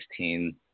2016